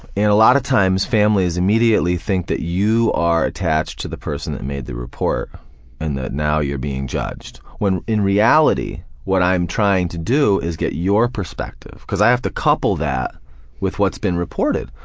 and a lot of times families immediately think that you are attached to the person that made the report and that now you're being judged, when in reality what i'm trying to do is get your perspective cause i have to couple that with what's been reported.